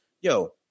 yo